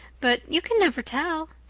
but you can never tell.